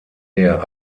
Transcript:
der